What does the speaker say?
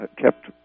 kept